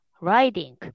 Writing